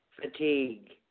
fatigue